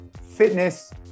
fitness